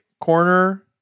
Corner